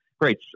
great